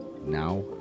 now